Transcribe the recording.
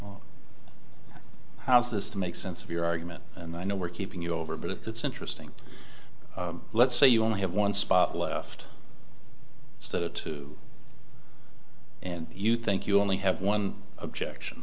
sense how is this to make sense of your argument and i know we're keeping you over but if it's interesting let's say you only have one spot left instead of two and you think you only have one objection